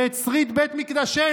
ואת שריד בית מקדשנו,